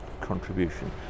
contribution